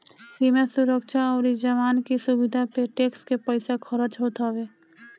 सीमा सुरक्षा अउरी जवान की सुविधा पे टेक्स के पईसा खरच होत हवे